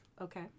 Okay